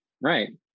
right